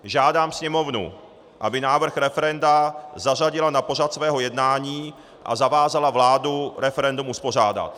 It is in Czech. Žádám Sněmovnu, aby návrh referenda zařadila na pořad svého jednání a zavázala vládu referendum uspořádat.